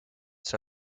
see